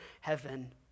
heaven